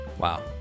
Wow